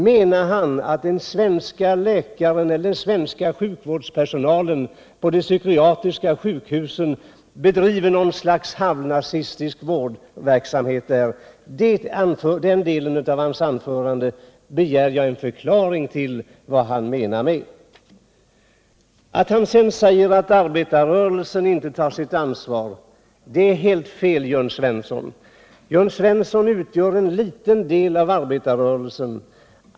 Menar han att den svenska läkaren eller den svenska sjukvårdspersonalen på de psykiatriska sjukhusen bedriver något slags halvnazistisk vård? När det gäller den delen av hans anförande begär jag en förklaring. Att sedan säga att arbetarrörelsen inte tar sitt ansvar är, Jörn Svensson, helt felaktigt. Jörn Svensson utgör en liten del av arbetarrörelsen.